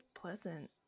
pleasant